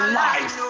life